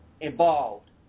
involved